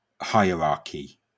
hierarchy